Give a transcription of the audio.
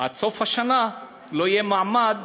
עד סוף השנה לא יהיה מעמד